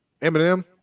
Eminem